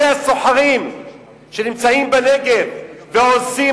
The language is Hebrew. אלה הסוחרים שנמצאים בנגב ועושים,